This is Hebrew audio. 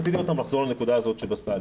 רציתי עוד פעם לחזור לנקודה הזאת שבסל.